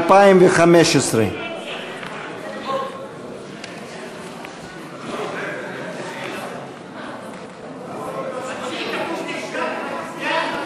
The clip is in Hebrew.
2015. ההסתייגויות לסעיף 04,